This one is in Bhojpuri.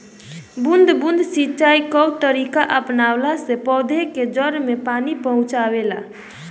बूंद बूंद सिंचाई कअ तरीका अपनवला से पौधन के जड़ में पानी पहुंचेला